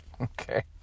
okay